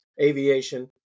aviation